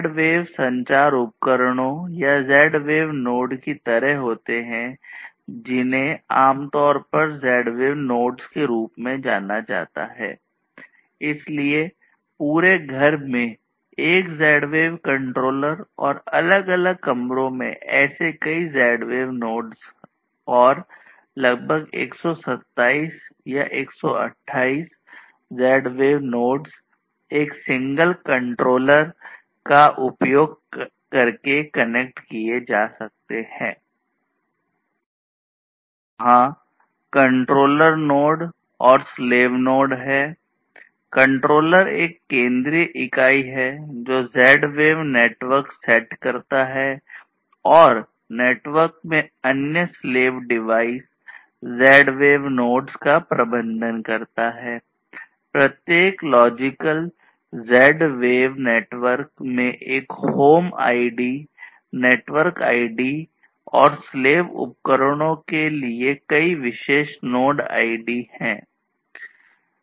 वहाँ controller node हैं